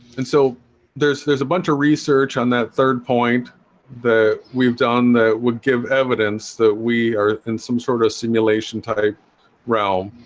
and so there's there's a bunch of research on that third point that we've done that would give evidence that we are in some sort of simulation type rauh